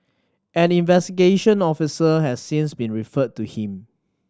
an investigation officer has since been referred to him